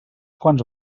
quants